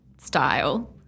style –